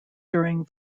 during